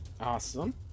Awesome